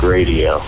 Radio